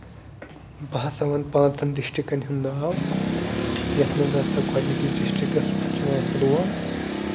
بہٕ سا وَنہٕ پانژَن ڈِسٹڑکَن ہُندۍ ناو یَتھ منٛز ہسا گۄڈٕنِکِس ڈِسٹرکَس پٮ۪ٹھ چھُ یِوان پُلووم